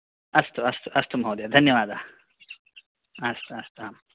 अस्तु अस्तु अस्तु महोदय धन्यवादः अस्तु अस्तु अस्तु